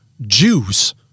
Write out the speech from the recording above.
Jews